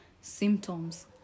symptoms